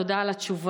תודה על התשובה.